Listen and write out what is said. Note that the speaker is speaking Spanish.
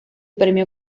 premio